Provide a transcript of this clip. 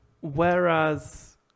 Whereas